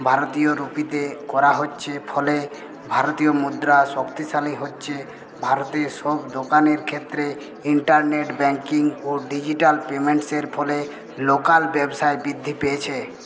ভারতীয় রুপিতে করা হচ্ছে ফলে ভারতীয় মুদ্রা শক্তিশালী হচ্ছে ভারতের সব দোকানের ক্ষেত্রে ইন্টারনেট ব্যাঙ্কিং ও ডিজিটাল পেমেন্টসের ফলে লোকাল ব্যবসায় বৃদ্ধি পেয়েছে